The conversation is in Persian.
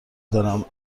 دارم